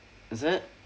is it